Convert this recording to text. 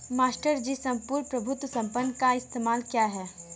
Master ji सम्पूर्ण प्रभुत्व संपन्न का क्या इस्तेमाल है?